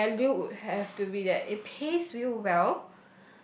uh value would have to be that it pays you well